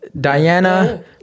Diana